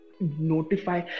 notify